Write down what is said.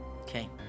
Okay